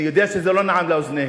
אני יודע שזה לא נעם לאוזניהם.